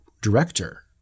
director